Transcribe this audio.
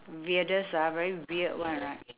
weirdest ah very weird one right